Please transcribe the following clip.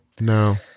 no